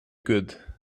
good